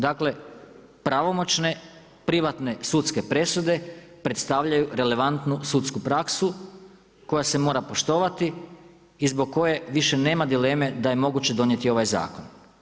Dakle, pravomoćne privatne sudske presude predstavljaju relevantnu sudsku praksu koja se mora poštovati i zbog koje više nema dileme da je moguće donijeti ovaj zakon.